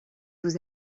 vous